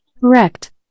Correct